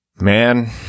Man